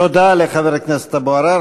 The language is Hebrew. תודה לחבר הכנסת אבו עראר.